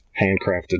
handcrafted